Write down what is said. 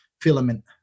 filament